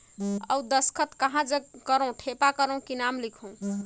अउ दस्खत कहा जग करो ठेपा करो कि नाम लिखो?